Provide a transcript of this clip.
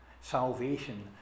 salvation